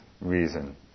reason